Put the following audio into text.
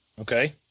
Okay